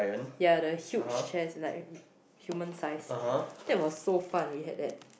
ya the huge chess like human size that was so fun we had that